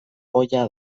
ohia